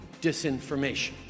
disinformation